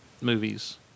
movies